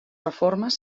reformes